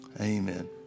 amen